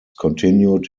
continued